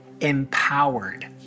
empowered